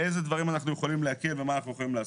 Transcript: באיזה דברים אנחנו יכולים להקל ומה אנחנו יכולים לעשות.